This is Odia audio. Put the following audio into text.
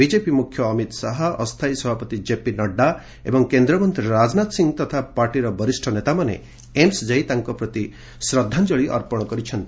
ବିଜେପି ମୁଖ୍ୟ ଅମିତ ଶାହା ଅସ୍ଥାୟୀ ସଭାପତି କେପି ନଡ୍ରା ଓ କେନ୍ଦ୍ରମନ୍ତ୍ରୀ ରାଜନାଥ ସିଂ ତଥା ପାର୍ଟିର ବରିଷ୍ଣ ନେତାମାନେ ଏମ୍ସ ଯାଇ ତାଙ୍କ ପ୍ରତି ଶ୍ରଦ୍ଧାଞ୍ଜଳି ଅର୍ପଣ କରିଛନ୍ତି